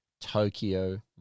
tokyo